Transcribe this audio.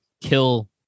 kill